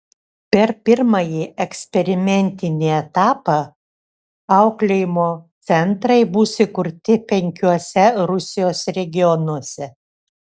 per pirmąjį eksperimentinį etapą auklėjimo centrai bus įkurti penkiuose rusijos regionuose